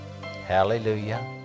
Hallelujah